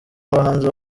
abahanzi